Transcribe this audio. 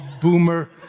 boomer